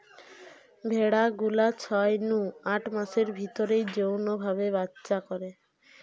ভেড়া গুলা ছয় নু আট মাসের ভিতরেই যৌন ভাবে বাচ্চা করে